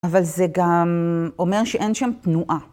אבל זה גם אומר שאין שם תנועה.